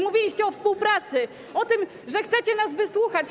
Mówiliście o współpracy, o tym, że chcecie nas wysłuchać.